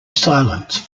silence